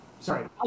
Sorry